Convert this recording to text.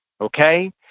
okay